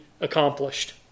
accomplished